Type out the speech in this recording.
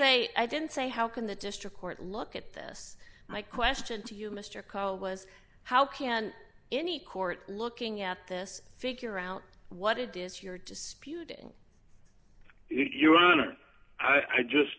say i didn't say how can the district court look at this my question to you mr call was how can any court looking at this figure out what it is you're disputing your honor i just